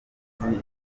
impamvu